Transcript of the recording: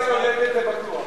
הוא לא היה היולדת, זה בטוח.